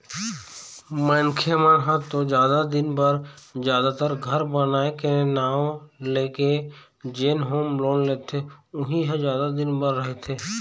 मनखे मन ह तो जादा दिन बर जादातर घर बनाए के नांव लेके जेन होम लोन लेथे उही ह जादा दिन बर रहिथे